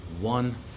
one